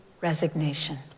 resignation